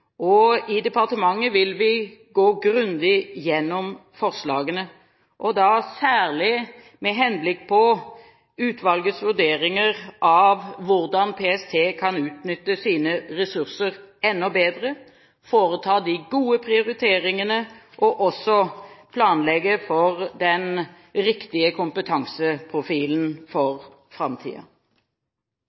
og i departementet vil vi gå grundig gjennom forslagene, og da særlig med henblikk på utvalgets vurderinger av hvordan PST kan utnytte sine ressurser enda bedre, foreta de gode prioriteringene og også planlegge for den riktige kompetanseprofilen for